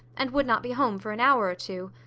and would not be home for an hour or two.